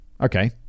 okay